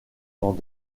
dans